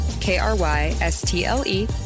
K-R-Y-S-T-L-E